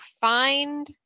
find